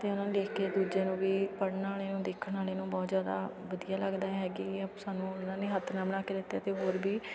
ਅਤੇ ਉਹਨੂੰ ਲਿਖ ਕੇ ਦੂਜੇ ਨੂੰ ਵੀ ਪੜ੍ਹਨ ਵਾਲੇ ਨੂੰ ਦੇਖਣ ਵਾਲੇ ਨੂੰ ਬਹੁਤ ਜ਼ਿਆਦਾ ਵਧੀਆ ਲੱਗਦਾ ਹੈ ਕਿ ਸਾਨੂੰ ਉਹਨਾਂ ਨੇ ਹੱਥ ਨਾਲ ਬਣਾ ਕੇ ਦਿੱਤੇ ਅਤੇ ਹੋਰ ਵੀ